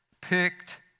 picked